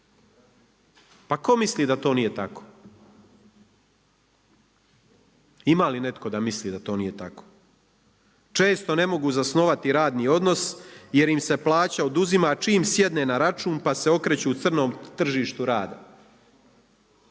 Pa tko misli da to nije tako? Ima li netko da misli da to nije tako? Često ne mogu zasnovati radni odnos jer im se plaća oduzima čim sjedne na račun pa se okreću crnom tržištu rada,